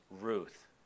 Ruth